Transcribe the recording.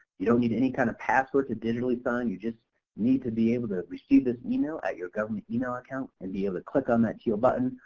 you don't need any kind of password to digitally sign, you just need to be able to receive this email at your government email account and be able to click on that teal button.